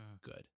Good